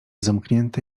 zamknięte